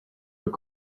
your